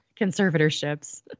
conservatorships